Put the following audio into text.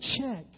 check